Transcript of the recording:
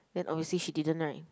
then obviously she didn't right